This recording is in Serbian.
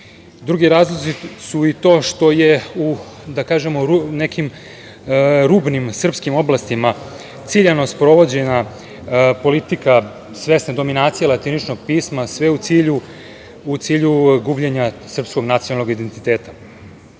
Drugi razlozi su i to što je, da kažem u nekim rubnim srpskim oblastima ciljano sprovođena politika svesne dominacije latiničnog pisama, sve u cilju gubljenja srpskog nacionalnog identiteta. Vekovima